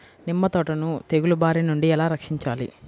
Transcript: నిమ్మ తోటను తెగులు బారి నుండి ఎలా రక్షించాలి?